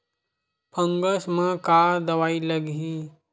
Fungus म का दवाई लगी?